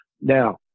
now